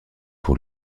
pour